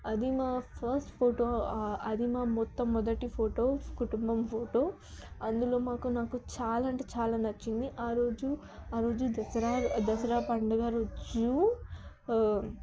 అది మా first photo అది మా మొట్ట మొదటి ఫోటో కుటుంబం ఫోటో అందులో మాకు నాకు చాలా అంటే చాలా నచ్చింది ఆ రోజు ఆ రోజు దసరా దసరా పండగ రోజు